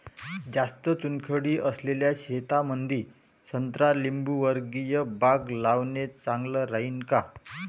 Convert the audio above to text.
जास्त चुनखडी असलेल्या शेतामंदी संत्रा लिंबूवर्गीय बाग लावणे चांगलं राहिन का?